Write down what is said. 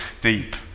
deep